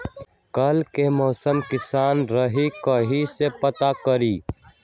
कल के मौसम कैसन रही कई से पता करी?